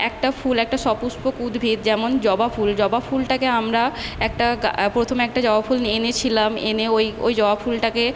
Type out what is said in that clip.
একটা ফুল একটা সপুষ্পক উদ্ভিদ যেমন জবা ফুল জবা ফুলটাকে আমরা একটা প্রথমে একটা জবা ফুল নিয়ে এনেছিলাম এনে ওই ওই জবা ফুলটাকে